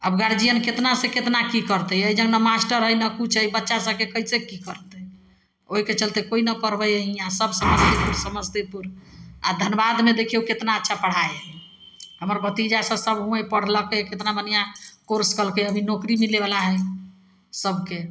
आब गार्जिअन कतनासे कतना कि करतै एहि जङ्ग नहि मास्टर हइ नहि किछु हइ बच्चासभके कइसे कि करतै ओहिके चलिते कोइ नहि पढ़बै हइ हिआँ सभ समस्तीपुर समस्तीपुर आओर धनबादमे देखिऔ कतना अच्छा पढ़ाइ हइ हमर भतीजासभ सभ हुँए पढ़लकै कतना बढ़िआँ कोर्स केलकै हइ अभी नोकरी मिलैवला हइ सभके